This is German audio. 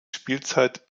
spielzeit